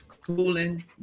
Cooling